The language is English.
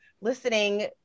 listening